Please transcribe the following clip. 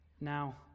Now